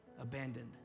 abandoned